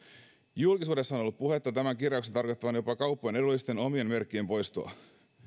julkisuudessa on ollut puhetta tämän kirjauksen tarkoittavan jopa kauppojen edullisten omien merkkien poistoa